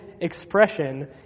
expression